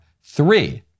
three